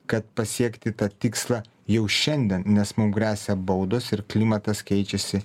kad pasiekti tą tikslą jau šiandien nes mum gresia baudos ir klimatas keičiasi